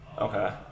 Okay